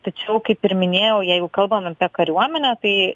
tačiau kaip ir minėjau jeigu kalbam apie kariuomenę tai